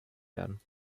werden